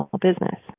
business